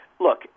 look